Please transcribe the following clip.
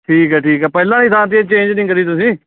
ਠੀਕ ਹੈ ਠੀਕ ਹੈ ਪਹਿਲਾਂ ਵਾਲੀ ਥਾਂ 'ਤੇ ਚੇਂਜ ਨਹੀਂ ਕਰੀ ਤੁਸੀਂ